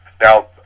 Now